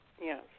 yes